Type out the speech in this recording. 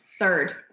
Third